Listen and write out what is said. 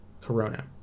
Corona